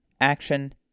action